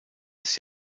des